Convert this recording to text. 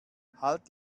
halt